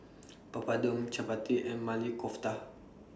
Papadum Chapati and Maili Kofta